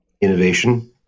innovation